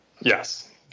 Yes